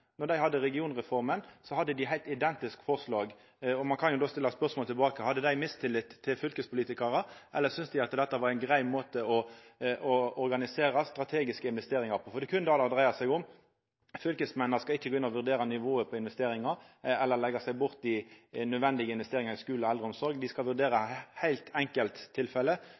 dei hadde regionreforma, hadde dei eit heilt identisk forslag. Ein kan jo då stilla spørsmålet tilbake: Hadde dei mistillit til fylkespolitikarar, eller syntest dei at dette var ein grei måte å organisera strategiske investeringar på? For det er berre det det dreier seg om, fylkesmennene skal ikkje gå inn og vurdera nivået på investeringar eller leggja seg borti nødvendige investeringar i skule og eldreomsorg. Dei skal vurdera